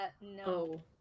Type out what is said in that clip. No